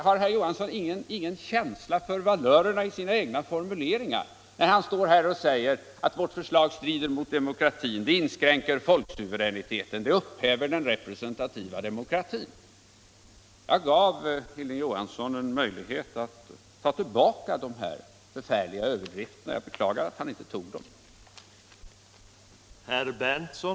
Har herr Johansson ingen känsla för valörerna i sina egna formuleringar, när han säger att vårt förslag strider mot demokratin, inskränker folksuveräniteten och upphäver den representativa demokratin? Jag gav Hilding Johansson en möjlighet att ta tillbaka de här förfärliga överdrifterna. Jag beklagar att han inte begagnade den möjligheten.